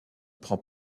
prend